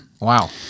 Wow